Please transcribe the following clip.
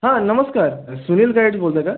हां नमस्कार सुनील गाईडस बोलत आहे का